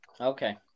Okay